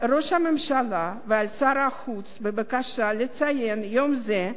שר החוץ בבקשה לציין יום זה ברמה הממלכתית.